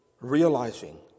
realizing